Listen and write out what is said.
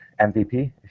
MVP